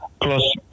plus